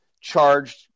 charged